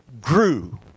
grew